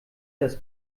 das